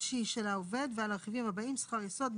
החודשי של העובד ועל הרכיבים הבאים: שכר יסוד,